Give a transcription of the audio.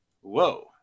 whoa